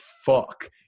fuck